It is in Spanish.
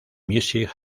music